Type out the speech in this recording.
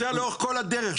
חסר לאורך כל הדרך.